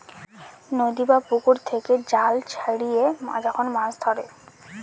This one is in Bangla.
নদী বা পুকুর থেকে জাল ছড়িয়ে যখন মাছ ধরে